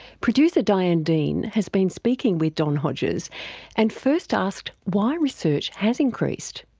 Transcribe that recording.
producer diane dean has been speaking with don hodges and first asked why research has increased.